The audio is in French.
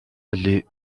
les